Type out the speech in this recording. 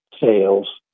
sales